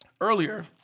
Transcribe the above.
earlier